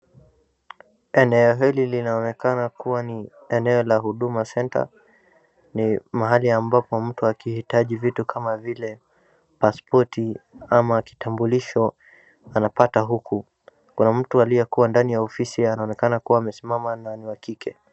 Eneo hili linaonekana kuwa ni eneo la huduma center, ni mahali ambapo mtu akihitaji vitu kama vile; pasipoti ama kitambulisho, anapata huku. Kuna mtu aliyekuwa ndani ya ofisi anaonekana akiwa amesimama na ni wa kike.